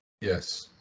Yes